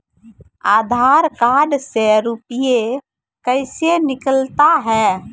आधार कार्ड से रुपये कैसे निकलता हैं?